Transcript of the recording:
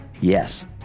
Yes